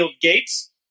gates